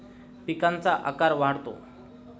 पिकांचा आकार वाढतो